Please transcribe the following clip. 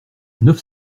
neuf